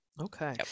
Okay